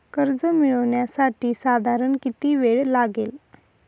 कर्ज मिळविण्यासाठी साधारण किती वेळ लागेल?